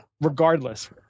Regardless